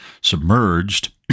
submerged